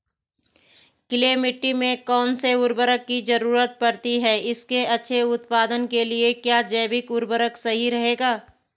Clay मिट्टी में कौन से उर्वरक की जरूरत पड़ती है इसके अच्छे उत्पादन के लिए क्या जैविक उर्वरक सही रहेगा?